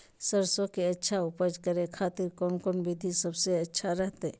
सरसों के अच्छा उपज करे खातिर कौन कौन विधि सबसे अच्छा रहतय?